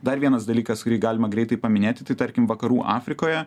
dar vienas dalykas kurį galima greitai paminėti tai tarkim vakarų afrikoje